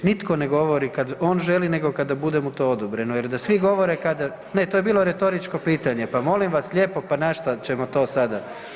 Nitko ne govori kad on želi nego kada bude mu to odobreno jer da svi govore kada … [[Upadica iz klupe se ne razumije]] ne to je bilo retoričko pitanje, pa molim vas lijepo pa na šta ćemo to sada.